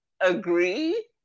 agree